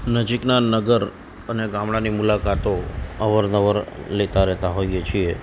નજીકના નગર અને ગામડાની મુલાકાતો અવાર નવાર લેતા રહેતાં હોઈએ છીએ